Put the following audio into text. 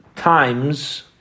Times